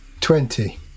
Twenty